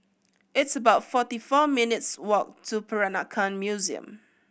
it's about forty four minutes' walk to Peranakan Museum